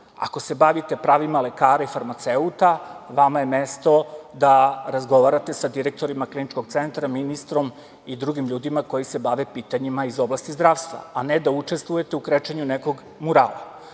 Ako se bavite pravima lekara i farmaceuta, vama je mesto da razgovarate sa direktorima kliničkog centra, ministrom, i drugim ljudima koji se bave pitanjima iz oblasti zdravstva, a ne da učestvujete u krečenju nekog murala. To